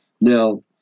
Now